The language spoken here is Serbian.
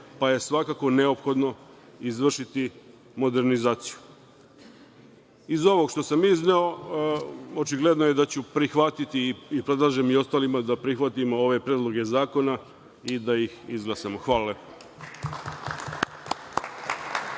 pa je svakako neophodno izvršiti modernizaciju. Iz ovog što sam izneo, očigledno je da ću prihvatiti i predlažem i ostalima da prihvatimo ove predloge zakona i da ih izglasamo. Hvala